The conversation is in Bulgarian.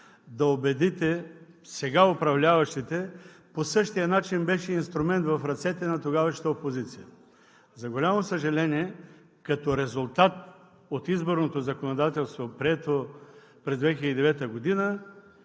да убедите сега управляващите по същия начин беше инструмент в ръцете на тогавашната опозиция. За голямо съжаление, като резултат от изборното законодателство, прието през 2009 г.,